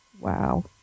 Wow